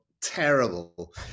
terrible